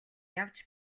явж